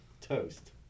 Toast